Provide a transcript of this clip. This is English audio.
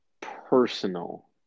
personal